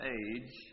age